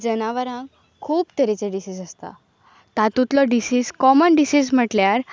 जनावरांक खूब तरेचे डिसीस आसता तातूंतलो डिसीस कॉमन डिसीज म्हटल्यार